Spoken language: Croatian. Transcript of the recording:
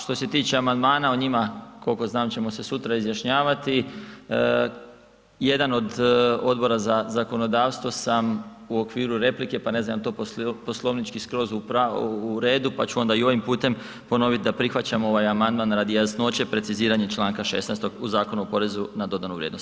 Što se tiče amandmana o njima koliko znam ćemo se sutra izjašnjavati, jedan od Odbora za zakonodavstvo sam u okviru replike pa ne znam jel to poslovnički skroz u redu, pa ću onda i ovim putem ponovit da prihvaćamo ovaj amandman radi jasnoće, preciziranja članka 16. u Zakonu o porezu na dodanu vrijednost.